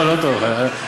לא, לא טעות.